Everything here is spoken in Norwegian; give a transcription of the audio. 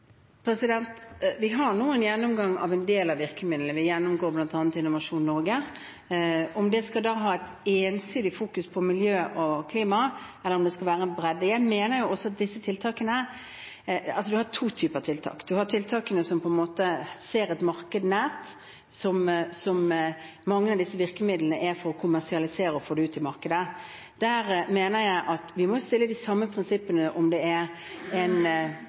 Vi har nå en gjennomgang av en del av virkemidlene – vi gjennomgår bl.a. Innovasjon Norge – og om en skal ha et ensidig fokus på miljø og klima, eller om det skal være en bredde. Vi har to typer tiltak. Det er tiltakene som på en måte ser et marked nært, og mange av disse virkemidlene er for å kommersialisere og få det ut i markedet. Der mener jeg at vi må ha de samme prinsippene om det er